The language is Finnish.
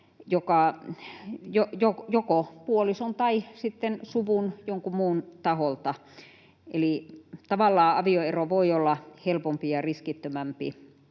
joko puolison tai sitten suvun tai jonkun muun taholta, eli tavallaan avioero voi olla helpompi ja riskittömämpi